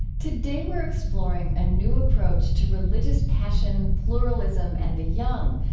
today we're exploring a new approach to religious passion, pluralism, and the young,